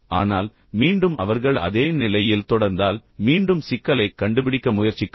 ஆனால் மீண்டும் அவர்கள் அதே நிலையில் தொடர்ந்தால் மீண்டும் சிக்கலைக் கண்டுபிடிக்க முயற்சிக்கவும்